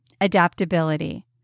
adaptability